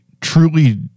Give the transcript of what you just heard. truly